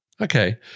Okay